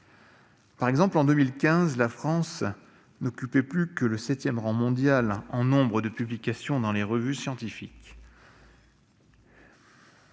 Par exemple, en 2015, la France n'occupait plus que le septième rang mondial en nombre de publications dans les revues scientifiques.